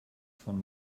von